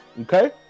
okay